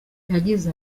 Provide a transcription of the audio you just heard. yagize